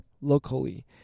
locally